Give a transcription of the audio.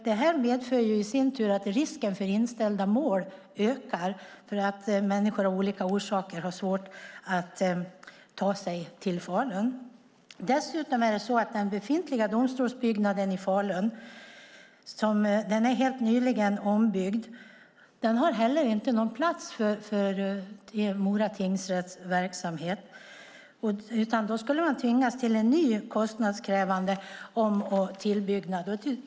Det medför i sin tur att risken för inställda mål ökar, eftersom människor av olika orsaker har svårt att ta sig till Falun. Den befintliga domstolsbyggnaden i Falun är ombyggd helt nyligen. Men den har ingen plats för Mora tingsrätts verksamhet, utan då skulle man tvingas till en ny, kostnadskrävande om och tillbyggnad.